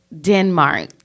Denmark